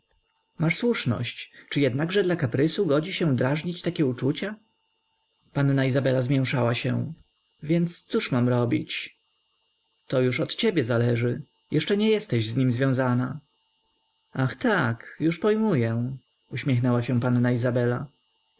na więźnia masz słuszność czy jednakże dla kaprysu godzi się drażnić takie uczucia panna izabela zmięszała się więc cóż mam robić to już od ciebie zależy jeszcze nie jesteś z nim związana ach tak już pojmuję uśmiechnęła się panna izabela